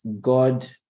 God